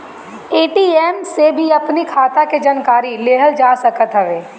ATM से भी अपनी खाता के जानकारी लेहल जा सकत हवे